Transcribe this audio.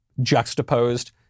juxtaposed